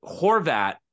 Horvat